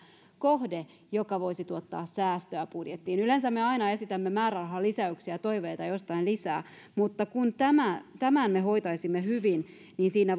kohde joka voisi tuottaa säästöä budjettiin yleensä me aina esitämme määrärahalisäyksiä ja toiveita jostain lisää mutta kun tämän me hoitaisimme hyvin niin siinä